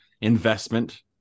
investment